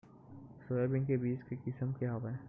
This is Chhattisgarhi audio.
सोयाबीन के बीज के किसम के हवय?